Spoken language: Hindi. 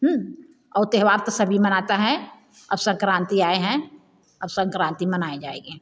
हूं वो त्योहार तो सभी मानता है अब संक्रांति आए हैं अब संक्राति मनाए जाएगी